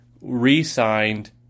re-signed